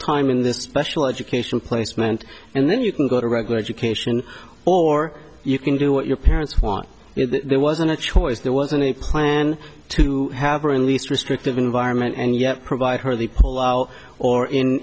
time in this special education placement and then you can go to regular education or you can do what your parents want there wasn't a choice there wasn't any plan to have or at least restrictive environment and you have provide her the pull out or